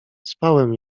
spałem